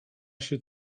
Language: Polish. się